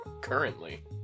Currently